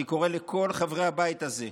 אני קורא לכל חברי הבית הזה,